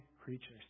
creatures